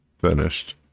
finished